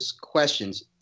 questions